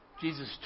Jesus